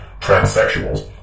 transsexuals